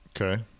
okay